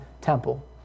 temple